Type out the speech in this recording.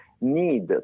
need